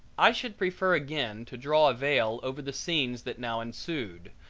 i should prefer again to draw a veil over the scenes that now ensued,